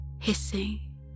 hissing